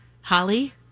Holly